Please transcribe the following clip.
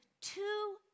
two